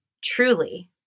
truly